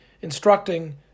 instructing